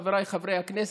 וגם חבריי חברי הכנסת,